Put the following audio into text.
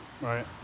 right